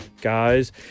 guys